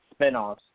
spinoffs